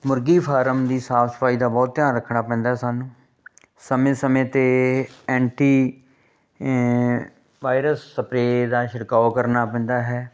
ਮੁਰਗੀ ਫਾਰਮ ਦੀ ਸਾਫ ਸਫਾਈ ਦਾ ਬਹੁਤ ਧਿਆਨ ਰੱਖਣਾ ਪੈਂਦਾ ਸਾਨੂੰ ਸਮੇਂ ਸਮੇਂ 'ਤੇ ਐਂਟੀ ਵਾਇਰਸ ਸਪਰੇ ਦਾ ਛਿੜਕਾਓ ਕਰਨਾ ਪੈਂਦਾ ਹੈ